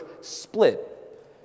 split